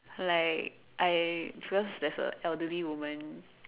like I because there's a elderly woman